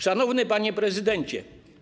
Szanowny Panie Prezydencie!